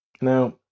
Now